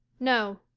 no.